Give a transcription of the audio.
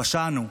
פשענו.